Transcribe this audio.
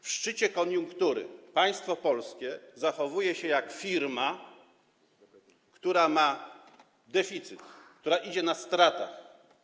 W szczycie koniunktury państwo polskie zachowuje się jak firma, która ma deficyt, która działa przy stratach.